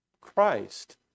Christ